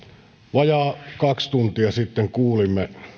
vajaa kaksi tuntia sitten kuulimme